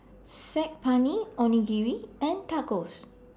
Saag Paneer Onigiri and Tacos